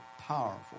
powerful